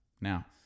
now